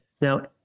Now